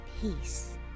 peace